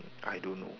I don't know